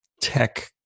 tech